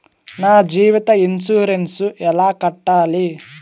నా జీవిత ఇన్సూరెన్సు ఎలా కట్టాలి?